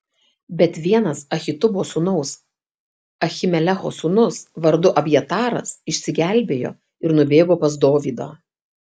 bet vienas ahitubo sūnaus ahimelecho sūnus vardu abjataras išsigelbėjo ir nubėgo pas dovydą